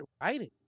writing